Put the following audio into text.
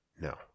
No